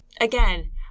Again